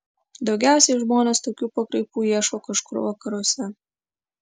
daugiausiai žmonės tokių pakraipų ieško kažkur vakaruose